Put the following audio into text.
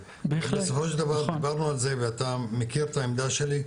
בסופו של דבר דיברנו על זה ואתה מכיר את העמדה שלי,